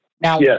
Now